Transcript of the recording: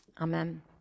amen